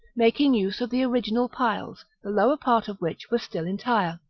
making use of the original piles, the lower part of which was still entire.